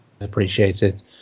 appreciated